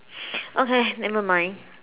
okay nevermind